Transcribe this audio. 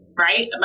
right